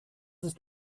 ist